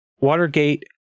Watergate